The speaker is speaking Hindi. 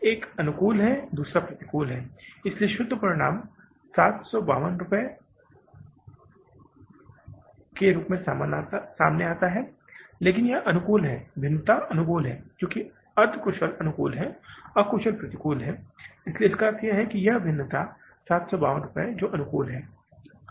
एक अनुकूल है और दूसरा प्रतिकूल है इसलिए शुद्ध परिणाम 752 रुपये 752 के रूप में सामने आता है लेकिन यह अनुकूल है यह भिन्नता अनुकूल है क्योंकि अर्ध कुशल अनुकूल है अकुशल प्रतिकूल है इसलिए इसका अर्थ है कि यह भिन्नता 752 है जो अनुकूल है